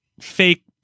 fake